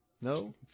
No